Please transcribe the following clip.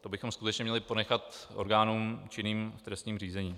To bychom skutečně měli ponechat orgánům činným v trestním řízení.